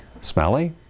smelly